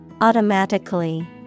Automatically